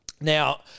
Now